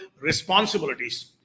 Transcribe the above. responsibilities